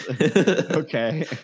Okay